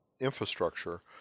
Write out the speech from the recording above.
infrastructure